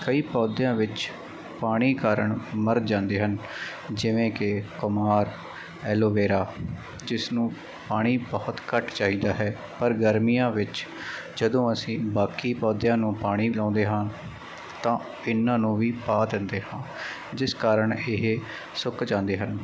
ਕਈ ਪੌਦਿਆਂ ਵਿੱਚ ਪਾਣੀ ਕਾਰਨ ਮਰ ਜਾਂਦੇ ਹਨ ਜਿਵੇਂ ਕਿ ਕੁਮਾਰ ਐਲੋਵੇਰਾ ਜਿਸ ਨੂੰ ਪਾਣੀ ਬਹੁਤ ਘੱਟ ਚਾਹੀਦਾ ਹੈ ਪਰ ਗਰਮੀਆਂ ਵਿੱਚ ਜਦੋਂ ਅਸੀਂ ਬਾਕੀ ਪੌਦਿਆਂ ਨੂੰ ਪਾਣੀ ਲਾਉਂਦੇ ਹਾਂ ਤਾਂ ਇਹਨਾਂ ਨੂੰ ਵੀ ਪਾ ਦਿੰਦੇ ਹਾਂ ਜਿਸ ਕਾਰਨ ਇਹ ਸੁੱਕ ਜਾਂਦੇ ਹਨ